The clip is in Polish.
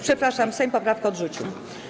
Przepraszam, Sejm poprawkę odrzucił.